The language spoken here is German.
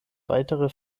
weitere